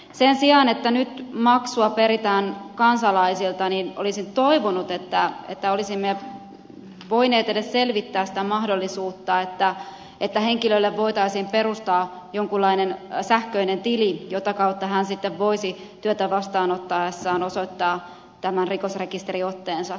sen sijaan että nyt maksua peritään kansalaisilta olisin toivonut että olisimme voineet edes selvittää sitä mahdollisuutta että henkilölle voitaisiin perustaa jonkunlainen sähköinen tili jota kautta hän sitten voisi työtä vastaanottaessaan osoittaa tämän rikosrekisteriotteensa